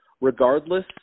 regardless